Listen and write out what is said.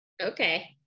okay